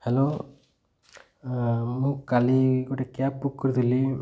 hello ମୁଁ କାଲି ଗୋଟେ କ୍ୟାବ୍ ବୁକ୍ କରିଥିଲି